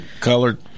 colored